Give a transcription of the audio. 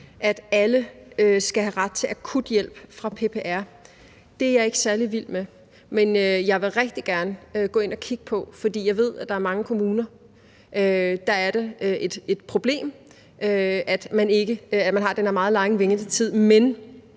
at alle skal have ret til akut hjælp fra PPR, er jeg ikke særlig vild med. Jeg vil rigtig gerne gå ind og kigge på det, for jeg ved, at det i mange kommuner er et problem, at man har den her meget lange ventetid, men